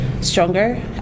stronger